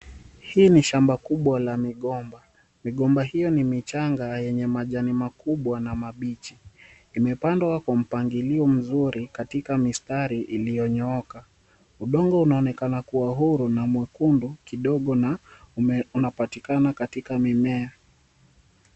Hii ni shamba kubwa la migomba. Migomba hiyo ni michanga yenye majani makubwa na mabichi. Imepandwa kwa mpangilio mzuri katika misitari iliyonyooka. Udongo unaonekana kuwa huru na mwekundu kidogo unapatikana katika mimea.